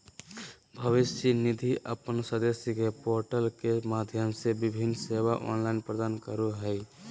भविष्य निधि अपन सदस्य के पोर्टल के माध्यम से विभिन्न सेवा ऑनलाइन प्रदान करो हइ